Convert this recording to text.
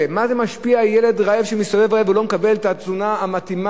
כמה זה משפיע על ילד רעב שמסתובב רעב ולא מקבל את התזונה הראויה,